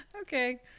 Okay